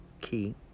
key